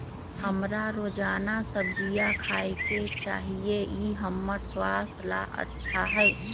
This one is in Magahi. हमरा रोजाना सब्जिया खाय के चाहिए ई हमर स्वास्थ्य ला अच्छा हई